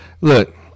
Look